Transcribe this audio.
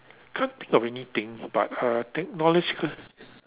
can't think of anything but uh technological